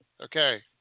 Okay